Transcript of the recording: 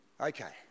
Okay